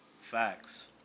Facts